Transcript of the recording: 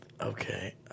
Okay